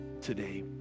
today